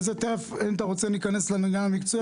תכף אם אתה רוצה נכנס לעניין המקצועי.